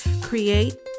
create